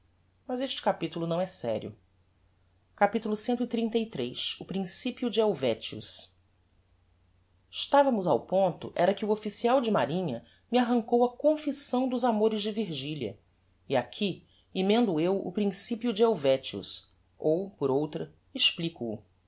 mas este capitulo não é serio capitulo cxxxiii o principio de helvetius estavamos ao ponto era que o official de marinha me arrancou a confissão dos amores de virgilia e aqui emendo eu o principio de helvetius ou por outra explico o